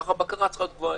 כך הבקרה צריכה להיות גבוהה